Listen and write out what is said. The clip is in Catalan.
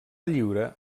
lliure